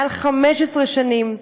מעל 15 שנים,